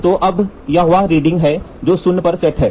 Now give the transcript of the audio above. तो अब यहां वह रीडिंग है जो शून्य पर सेट है